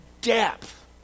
depth